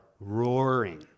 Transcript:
roaring